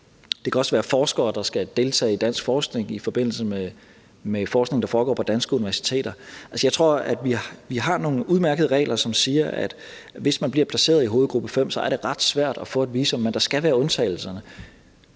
Det kan også være forskere, der skal deltage i dansk forskning i forbindelse med forskning, der foregår på danske universiteter. Altså, jeg tror, at vi har nogle udmærkede regler, som siger, at hvis man bliver placeret i hovedgruppe 5, er det ret svært at få et visum, men der skal være undtagelser,